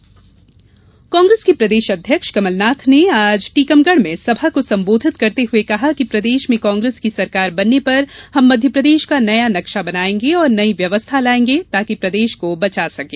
कमलनाथ कांग्रेस प्रदेश अध्यक्ष कमलनाथ ने आज टीकमगढ़ में सभा को संबोधित करते हुये कहा कि प्रदेश में कांग्रेस की सरकार बनने पर हम मध्यप्रदेश का नया नक्शा बनायेंगे और नयी व्यवस्था लायेंगे ताकि प्रदेश को बचा सकें